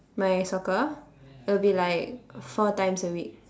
my soccer it'll be like four times a week